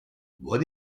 what